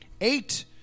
Eight